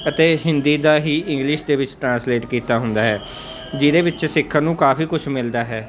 ਅਤੇ ਹਿੰਦੀ ਦਾ ਹੀ ਇੰਗਲਿਸ਼ ਦੇ ਵਿੱਚ ਟਰਾਂਸਲੇਟ ਕੀਤਾ ਹੁੰਦਾ ਹੈ ਜਿਹਦੇ ਵਿੱਚ ਸਿੱਖਣ ਨੂੰ ਕਾਫ਼ੀ ਕੁਛ ਮਿਲਦਾ ਹੈ